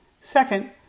Second